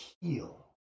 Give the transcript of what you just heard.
heal